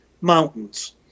mountains